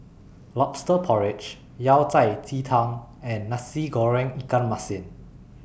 Lobster Porridge Yao Cai Ji Tang and Nasi Goreng Ikan Masin